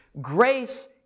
Grace